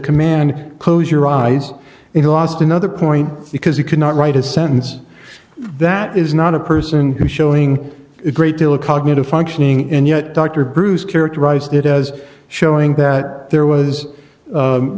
command close your eyes and he lost another point because he could not write a sentence that is not a person can showing a great deal of cognitive functioning and yet dr bruce characterized it as showing that there was